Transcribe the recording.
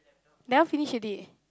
that one finish already